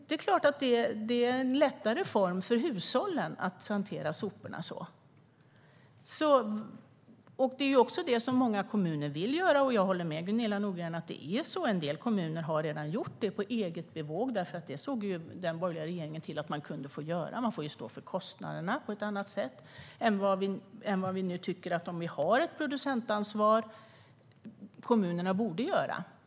Det är klart att det är lättare för hushållen att hantera soporna så. Det är också så många kommuner vill göra. Jag håller med Gunilla Nordgren; en del kommuner har redan gjort det, på eget bevåg. Det såg nämligen den borgerliga regeringen till att de kunde få göra. De får stå för kostnaderna på ett annat sätt än vad vi nu tycker, om vi nu har ett producentansvar, att kommunerna borde göra.